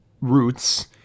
roots